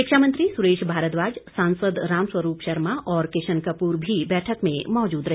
शिक्षा मंत्री सुरेश भारद्वाज सांसद रामस्वरूप शर्मा एवं किशन कपूर बैठक में मौजूद रहे